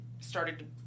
started